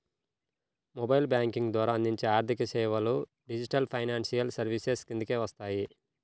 mobile banking ద్వారా అందించే ఆర్థికసేవలు డిజిటల్ ఫైనాన్షియల్ సర్వీసెస్ కిందకే వస్తాయి